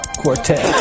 quartet